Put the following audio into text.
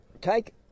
take